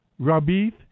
Rabith